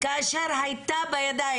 כאשר היתה אפשרות בידיים,